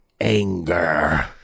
anger